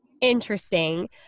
interesting